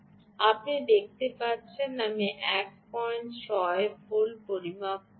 আপনি দেখতে পাচ্ছেন আমি 16 ভোল্ট পরিমাপ করছি